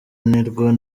nirwo